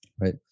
right